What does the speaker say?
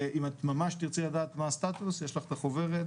אם את ממש תרצי לדעת מה הסטטוס, יש לך את החוברת.